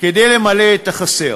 כדי למלא את החסר.